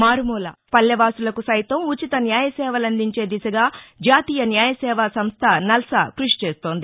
మారుమూల పల్లె వాసులకు సైతం ఉచిత న్యాయసేవలందించే దిశగా జాతీయ న్యాయసేవా సంస్ల నల్పా క్బషిచేస్తోంది